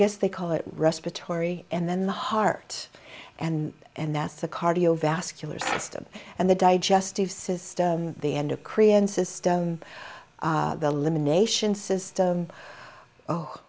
guess they call it respiratory and then the heart and and that's the cardiovascular system and the digestive system the end of korean system the